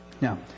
Now